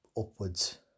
upwards